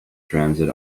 transit